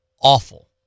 awful